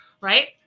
right